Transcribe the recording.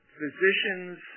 physicians